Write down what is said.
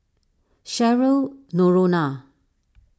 Cheryl Noronha